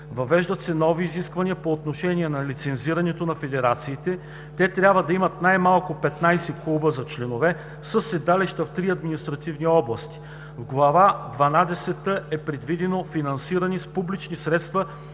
Въвеждат се нови изисквания по отношение на лицензирането на федерациите – те трябва да имат най-малко 15 клуба за членове със седалища в 3 административни области. В Глава дванадесета е предвидено финансиране с публични средства